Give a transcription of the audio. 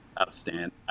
outstanding